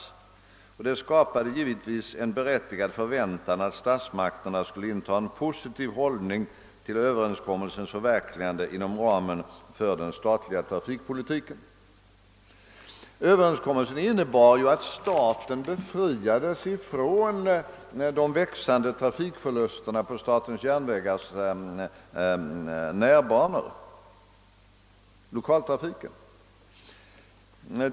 Det skapade givetvis en förväntan, att statsmakterna skulle inta en positiv hållning till överenskommelsens förverkligande inom ramen för den statliga trafikpolitiken. Överenskommelsen innebar att staten befriades från de växande förlusterna på statens järnvägars lokaltrafik.